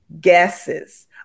guesses